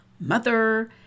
mother